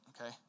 okay